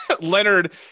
Leonard